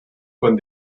von